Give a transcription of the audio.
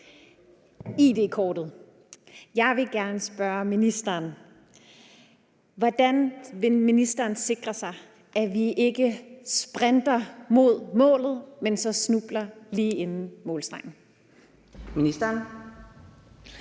jeg gerne spørge, hvordan ministeren vil sikre sig, at vi ikke sprinter mod målet, men så snubler lige inden målstregen?